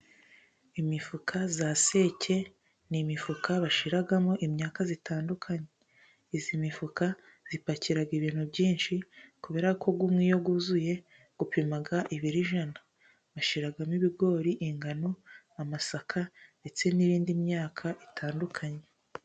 Imifuka ya seke, ni imifuka bashyiramo imyaka itandukanye. Iyi mifuka ipakira ibintu byinshi, kubera ko umwe iyo wuzuye upima ibiro ijana. Bashyiramo ibigori, ingano, amasaka ndetse n'yindi myaka itandukanye.